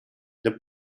the